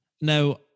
Now